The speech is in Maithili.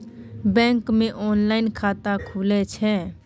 बैंक मे ऑनलाइन खाता खुले छै?